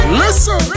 listen